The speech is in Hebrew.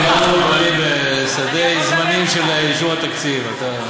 אנחנו מוגבלים בסדי זמנים של אישור התקציב.